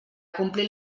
complir